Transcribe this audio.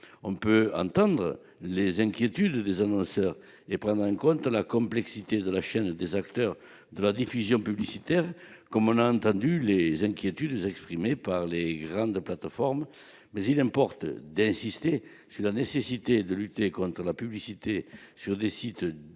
On peut entendre les inquiétudes des annonceurs et prendre en compte la complexité de la chaîne des acteurs de la diffusion publicitaire comme on a entendu les inquiétudes exprimées par les grandes plateformes. Toutefois, il importe d'insister sur la nécessité de lutter contre la publicité sur des sites diffusant des